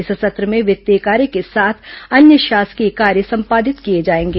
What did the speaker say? इस सत्र में वित्तीय कार्य के साथ अन्य शासकीय कार्य संपादित किए जाएंगे